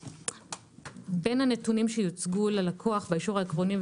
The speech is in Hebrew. בין הנתונים שיוצגו ללקוח באישור העקרוני,